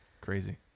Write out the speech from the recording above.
Crazy